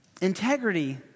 Integrity